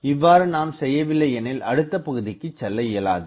இவ்வாறு நாம் செய்யவில்லையெனில் அடுத்தப் பகுதிக்கு செல்லஇயலாது